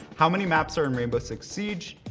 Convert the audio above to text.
how many maps are in rainbow six siege?